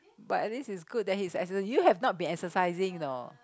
but at least he's good that he's exercising you have not been exercising though